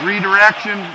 Redirection